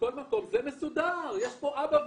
שזה מסודר, יש פה אבא ואמא.